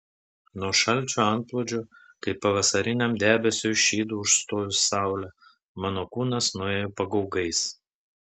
nuo šalčio antplūdžio kaip pavasariniam debesiui šydu užstojus saulę mano kūnas nuėjo pagaugais